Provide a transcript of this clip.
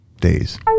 days